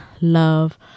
love